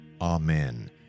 Amen